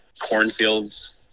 Cornfields